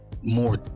more